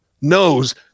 knows